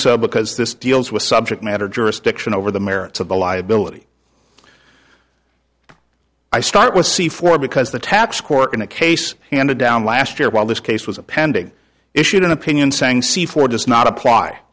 so because this deals with subject matter jurisdiction over the merits of the liability i start with c four because the tax court in a case handed down last year while this case was pending issued an opinion saying see four does not apply